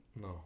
No